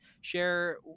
share